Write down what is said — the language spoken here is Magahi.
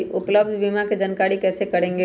उपलब्ध बीमा के जानकारी कैसे करेगे?